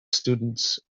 students